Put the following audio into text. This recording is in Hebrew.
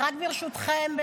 ברשותכם,